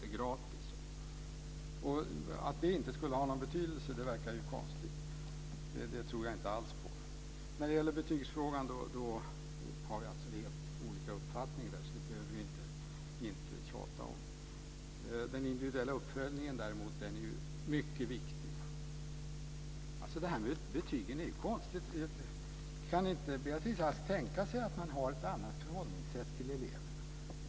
Det verkar konstigt att det inte skulle ha någon betydelse. Det tror jag inte alls på. I betygsfrågan har vi helt olika uppfattningar, som vi inte behöver tjata om. Däremot är den individuella uppföljningen mycket viktig. Det är något konstigt med betygen. Kan inte Beatrice Ask tänka sig att man kan ha ett annat förhållningssätt till eleverna?